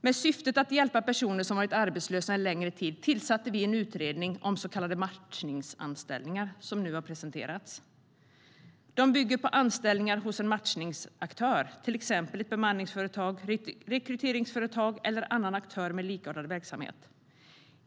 Med syftet att hjälpa personer som varit arbetslösa en längre tid tillsatte vi en utredning om så kallade matchningsanställningar, som nu har presenterats.De bygger på anställningar hos en matchningsaktör, till exempel ett bemanningsföretag, rekryteringsföretag eller annan aktör med likartad verksamhet.